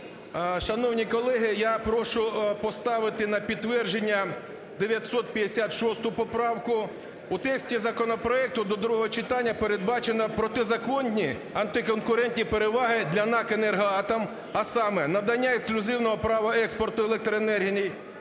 Шановні колеги, я прошу поставити на підтвердження 956 поправку. В тексті законопроекту до другого читання передбачено протизаконні антиконкурентні переваги для НАК "Енергоатом", а саме: надання ексклюзивного права експорту електроенергії.